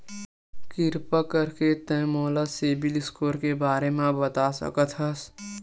किरपा करके का तै मोला सीबिल स्कोर के बारे माँ बता सकथस?